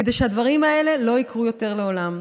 כדי שהדברים האלה לא יקרו יותר לעולם.